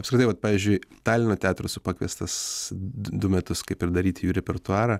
apskritai vat pavyzdžiui talino teatrą esu pakviestas d du metus kaip ir daryt jų repertuarą